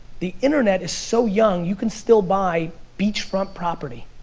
the internet is so young, you can still buy beachfront property.